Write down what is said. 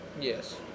Yes